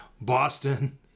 Boston